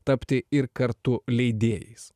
tapti ir kartu leidėjais